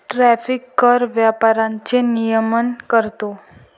tariff कर व्यापाराचे नियमन करतो